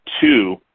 two